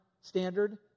standard